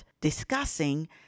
discussing